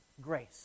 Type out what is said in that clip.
grace